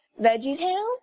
VeggieTales